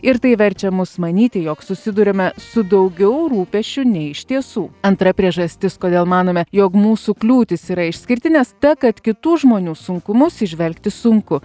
ir tai verčia mus manyti jog susiduriame su daugiau rūpesčių nei iš tiesų antra priežastis kodėl manome jog mūsų kliūtys yra išskirtinės ta kad kitų žmonių sunkumus įžvelgti sunku